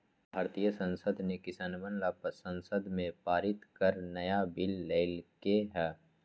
भारतीय संसद ने किसनवन ला संसद में पारित कर नया बिल लय के है